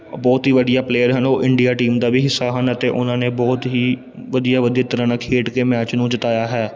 ਉਹ ਬਹੁਤ ਹੀ ਵਧੀਆ ਪਲੇਅਰ ਹਨ ਉਹ ਇੰਡੀਆ ਟੀਮ ਦਾ ਵੀ ਹਿੱਸਾ ਹਨ ਅਤੇ ਉਹਨਾਂ ਨੇ ਬਹੁਤ ਹੀ ਵਧੀਆ ਵਧੀਆ ਤਰ੍ਹਾਂ ਨਾਲ ਖੇਡ ਕੇ ਮੈਚ ਨੂੰ ਜਿਤਾਇਆ ਹੈ